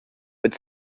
but